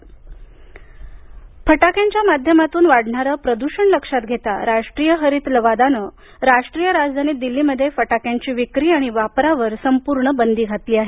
फटाके बंदी फटाक्यांच्या माध्यमातून वाढणारे प्रदूषण लक्षात घेता राष्ट्रीय हरित लावादानं राष्ट्रीय राजधानी दिल्लीमध्ये फटाक्यांची विक्री आणि वापरावर बंदी घातली आहे